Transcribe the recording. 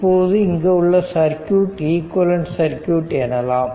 இப்போது இங்கு உள்ள சர்க்யூட்ஐ ஈக்விவலெண்ட் சர்க்யூட் எனலாம்